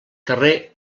carrer